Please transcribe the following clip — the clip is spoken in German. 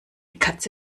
katze